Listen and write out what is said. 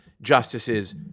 justices